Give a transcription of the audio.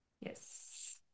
Yes